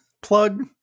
plug